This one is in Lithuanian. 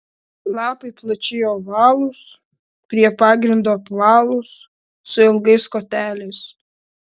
lapai plačiai ovalūs prie pagrindo apvalūs su ilgais koteliais